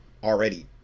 already